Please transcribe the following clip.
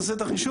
תעשה את החישוב,